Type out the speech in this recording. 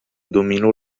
dominos